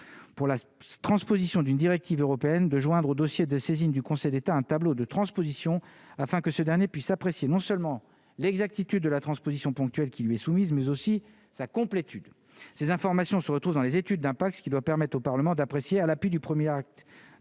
pour la transposition d'une directive européenne de joindre au dossier de saisine du Conseil d'État, un tableau de transposition afin que ce dernier puisse apprécier non seulement l'exactitude de la transposition ponctuelles qui lui est soumise mais aussi sa complétude ces informations se retrouve dans les études d'impact, ce qui doit permettre au Parlement d'apprécier à l'appui du 1er acte